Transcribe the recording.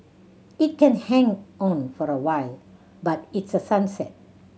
it can hang on for a while but it's a sunset